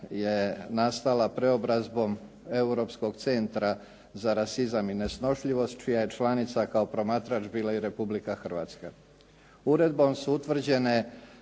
je nastala preobrazbom Europskog centra za rasizam i nesnošljivost, čija je članica kao promatrač bila i Republika Hrvatska. Uredbom su utvrđene